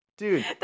Dude